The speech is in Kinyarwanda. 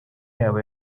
yabo